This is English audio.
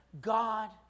God